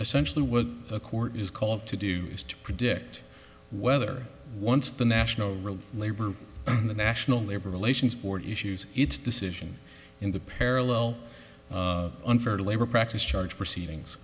essentially what the court is called to do is to predict whether once the national real labor the national labor relations board issues its decision in the parallel unfair labor practice charge proceedings